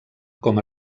com